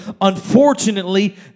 unfortunately